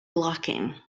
blocking